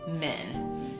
men